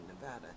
Nevada